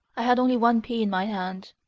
i had only one pea in my hand.